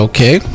Okay